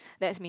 that's mean